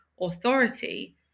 authority